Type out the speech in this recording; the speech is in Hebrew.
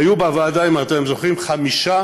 היו בוועדה, אם אתם זוכרים, חמישה